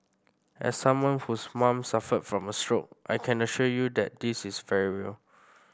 as someone whose mom suffered from a stroke I can assure you that this is very real